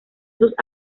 sus